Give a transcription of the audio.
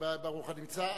ברוך הנמצא.